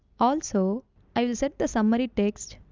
also i will set the summary text,